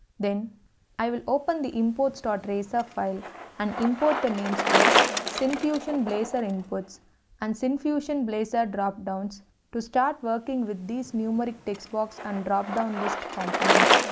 then i will open the imports razor file and import the namespace syncfusion blazor inputs and syncfusion blazor dropdowns to start working with these numeric text box and drop down list components.